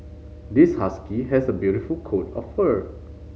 this husky has a beautiful coat of fur